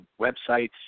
websites